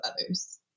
others